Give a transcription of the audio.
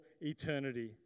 eternity